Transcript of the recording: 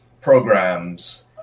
programs